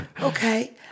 Okay